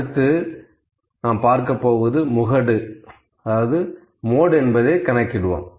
அடுத்து நாம் முகடு அதாவது மோடு கணக்கிடுவோம்